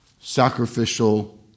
sacrificial